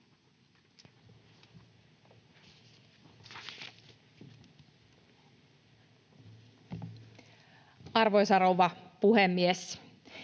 Arvoisa rouva puhemies!